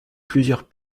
plusieurs